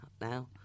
now